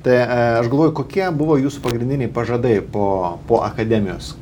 tai aš galvoju kokie buvo jūsų pagrindiniai pažadai po po akademijos